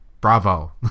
bravo